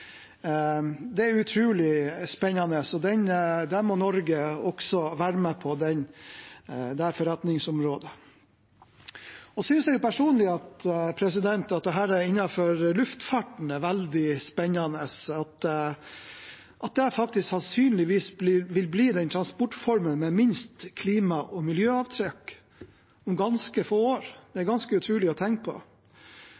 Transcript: Det er utrolig spennende. Også Norge må være med på det forretningsområdet. Jeg synes personlig det er veldig mye spennende innenfor luftfarten, som sannsynligvis vil bli den transportformen med minst klima- og miljøavtrykk om ganske få år. Det